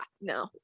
no